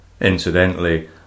Incidentally